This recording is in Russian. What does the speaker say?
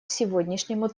сегодняшнему